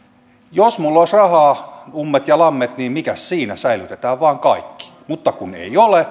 jos minulla olisi rahaa ummet ja lammet niin mikäs siinä säilytetään vain kaikki mutta kun ei ole